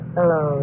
Hello